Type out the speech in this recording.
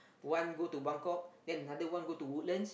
one got to Buangkok then another one go to Woodlands